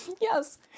Yes